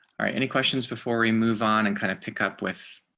alright any questions before we move on and kind of pick up with